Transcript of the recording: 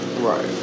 right